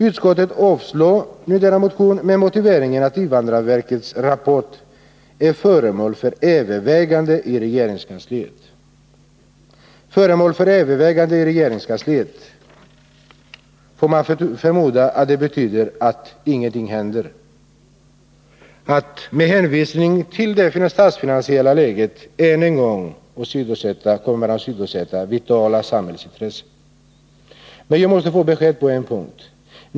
Utskottet har nu avstyrkt denna motion med motiveringen att invandrarverkets rapport är föremål för överväganden i regeringskansliet. ”Föremål för överväganden i regeringskansliet”, får man förmoda att detta betyder att ingenting händer och att man med hänvisning till det statsfinan siella läget än en gång kommer att åsidosätta vitala samhällsintressen? Men jag måste få besked på en punkt.